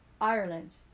Ireland